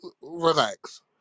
relax